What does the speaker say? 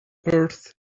earth